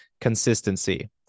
consistency